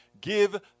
give